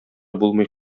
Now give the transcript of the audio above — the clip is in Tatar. булмый